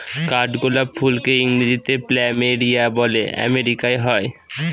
কাঠগোলাপ ফুলকে ইংরেজিতে প্ল্যামেরিয়া বলে আমেরিকায় হয়